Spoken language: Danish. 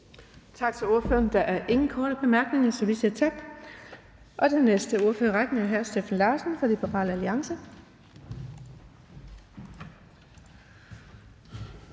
Tak til ordføreren. Der er ingen korte bemærkninger, så vi siger tak. Næste ordfører i rækken er hr. Steffen Larsen fra Liberal Alliance.